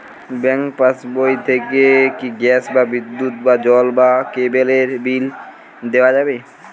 Bank পাশবই থেকে কি গ্যাস বা বিদ্যুৎ বা জল বা কেবেলর বিল দেওয়া যাবে?